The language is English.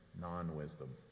Non-wisdom